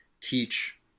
teach